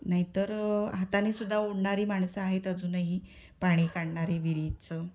नाही तर हाताने सुद्धा ओढणारी माणसं आहेत अजूनही पाणी काढणारी विहिरीचं